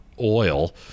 oil